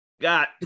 got